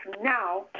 now